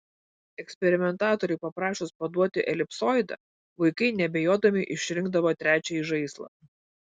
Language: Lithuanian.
eksperimentatoriui paprašius paduoti elipsoidą vaikai neabejodami išrinkdavo trečiąjį žaislą